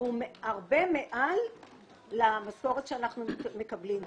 הוא הרבה מעל למשכורת שאנחנו מקבלים.